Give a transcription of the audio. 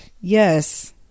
Yes